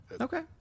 Okay